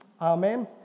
Amen